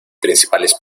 principales